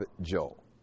Joel